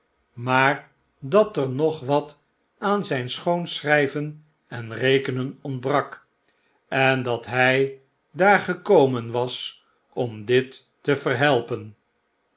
maar dat er nog wat aan zyn schoonschryven en rekenen ontbrak en dat hjj daar gekomen faas om dit te verhelpen